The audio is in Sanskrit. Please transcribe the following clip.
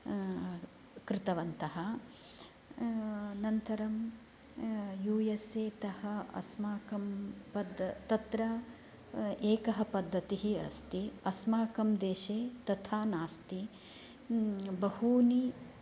कृतवन्तः अनन्तरं युएस्एतः अस्माकं पद् तत्र एकः पद्धतिः अस्ति अस्माकं देशे तथा नास्ति बहूनि